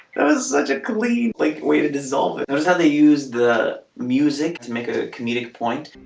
that is such a complete like way to dissolve it. there's how they use the music to make a comedic point